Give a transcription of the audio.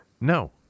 No